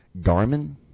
Garmin